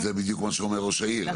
זה בדיוק מה שאומר ראש העיר,